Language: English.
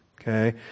okay